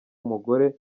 umugore